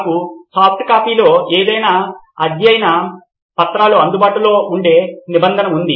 student 1 కాబట్టి మీకు సాప్ట్కోపీలో అన్ని అధ్యయన సామగ్రి అందుబాటులో ఉండే నిబంధన ఉంది